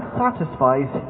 satisfies